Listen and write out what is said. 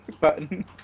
button